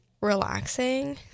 relaxing